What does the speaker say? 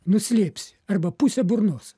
nuslėpsi arba puse burnos